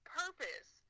purpose